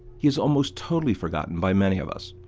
he is almost totally forgotten by many of us.